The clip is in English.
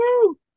Woo